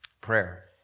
Prayer